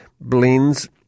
blends